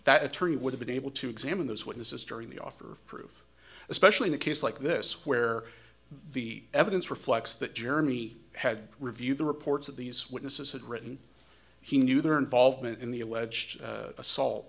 that attorney would have been able to examine those witnesses during the offer of proof especially in a case like this where the evidence reflects that jeremy had reviewed the reports that these witnesses had written he knew their involvement in the alleged assault